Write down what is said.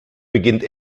beginnt